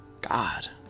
God